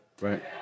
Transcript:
right